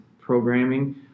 programming